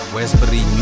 Westbury